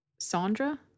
Sandra